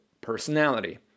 personality